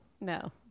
no